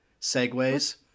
Segways